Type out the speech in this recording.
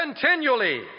continually